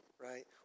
right